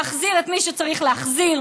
להחזיר את מי צריך להחזיר,